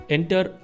Enter